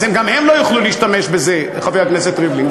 אז גם הם לא יוכלו להשתמש בזה, חבר הכנסת ריבלין.